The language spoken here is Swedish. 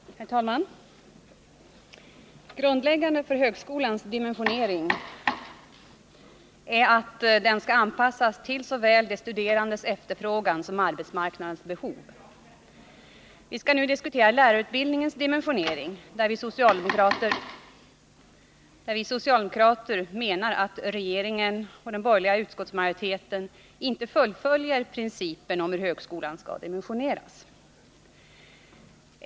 Herr talman! Grundläggande för högskolans dimensionering är att den skall anpassas till såväl de studerandes efterfrågan som arbetsmarknadens behov. Vi skall nu diskutera lärarutbildningens dimensionering, ett område där vi socialdemokrater menar att regeringen och den borgerliga utskottsmajoriteten inte fullföljer principen om hur högskolan skall dimensioneras.